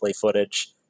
footage